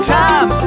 time